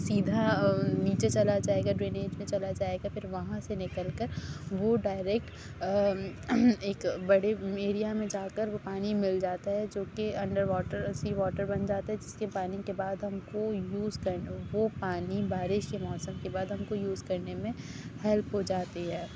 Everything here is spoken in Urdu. سیدھا نیچے چلا جائے گا ڈرینیج میں چلا جائے گا پھر وہاں سے نکل کر وہ ڈائریکٹ ایک بڑے ایریا میں جا کر وہ پانی مل جاتا ہے جو کہ انڈر واٹر ایسی واٹر بن جاتا جس کے پانی کے بعد ہم کو یوز کرنا وہ پانی بارش کے موسم کے بعد ہم کو یوز کرنے میں ہیلپ ہو جاتی ہے